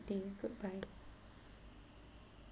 day goodbye